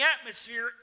atmosphere